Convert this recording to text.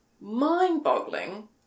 mind-boggling